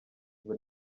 ngo